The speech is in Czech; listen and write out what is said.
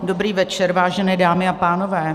Dobrý večer, vážené dámy a pánové.